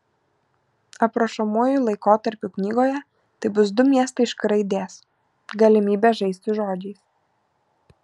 aprašomuoju laikotarpiu knygoje tai bus du miestai iš k raidės galimybė žaisti žodžiais